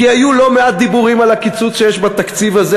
כי היו לא מעט דיבורים על הקיצוץ שיש בתקציב הזה,